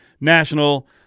National